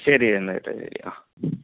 ശരി എന്നാൽ ചേട്ടാ ശരി ആ